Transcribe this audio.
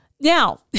Now